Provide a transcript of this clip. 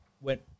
went